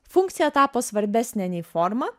funkcija tapo svarbesnė nei forma